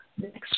next